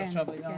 כן,